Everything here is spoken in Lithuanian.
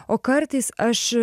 o kartais aš